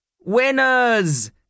Winners